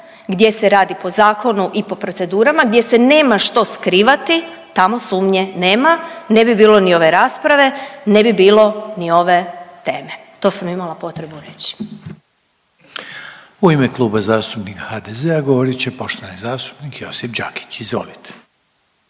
gdje se radi po zakonu i po procedurama, gdje se nema što skrivati, tamo sumnje nema. Ne bi bilo ni ove rasprave, ne bi bilo ni ove teme. To sam imala potrebu reći. **Reiner, Željko (HDZ)** U ime Kluba zastupnika HDZ-a govorit će poštovani zastupnik Josip Đakić. Izvolite.